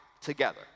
together